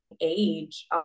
age